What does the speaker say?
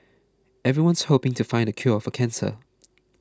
everyone's hoping to find the cure for cancer